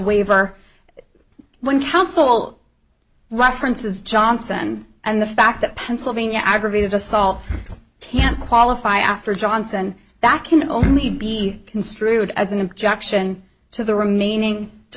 waiver when counsel references johnson and the fact that pennsylvania aggravated assault can't qualify after johnson that can only be construed as an objection to the remaining to